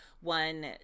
one